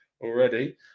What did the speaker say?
already